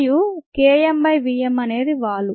మరియు K m by v m అనేది వాలు